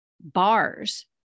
bars